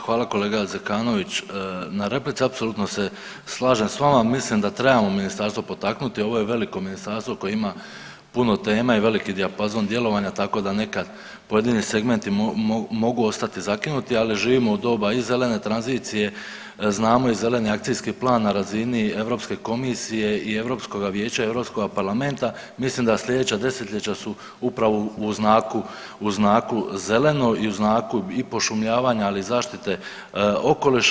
Hvala kolega Zekanović na replici, apsolutno se slažem s vama, mislim da trebamo ministarstvo potaknuti ovo je veliko ministarstvo koje ima puno tema i veliki dijapazon djelovanja tako da nekad pojedini segmenti mogu ostati zakinuti, ali živimo u doba i zelene tranzicije, znamo i Zeleni akcijski plan na razini Europske komisije i Europskoga vijeća i Europskoga parlamenta, mislim da slijedeća desetljeća su upravo u znaku, u znaku zeleno i u znaku i pošumljavanja ali i zaštite okoliša.